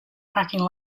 parking